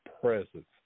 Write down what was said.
presence